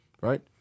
Right